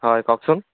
হয় কওকচোন